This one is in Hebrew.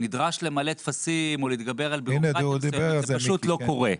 נדרש למלא טפסים או להתגבר על בירוקרטיה זה פשוט לא קורה.